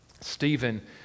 Stephen